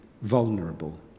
vulnerable